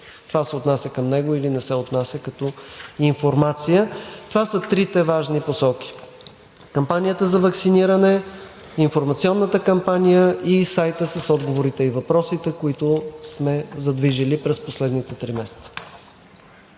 това се отнася към него, или не се отнася като информация. Това са трите важни посоки – кампанията за ваксиниране, информационната кампания и сайтът с отговорите и въпросите, които сме задвижили през последните три месеца.